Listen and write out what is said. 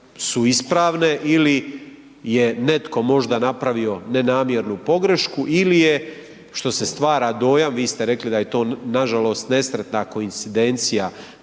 su ispravne ili je netko možda napravio nenamjernu pogrešku ili je što se stvara dojam, vi ste rekli da je to nažalost nesretna koincidencija,